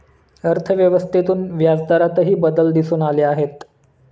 अर्थव्यवस्थेतून व्याजदरातही बदल दिसून आले आहेत